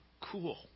cool